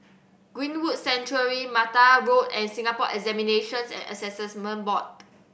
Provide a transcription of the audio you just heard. Greenwood Sanctuary Mattar Road and Singapore Examinations and Assessment Board